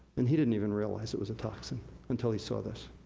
and he didn't even realize it was a toxin until he saw this.